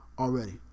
already